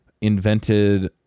invented